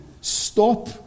stop